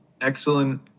excellent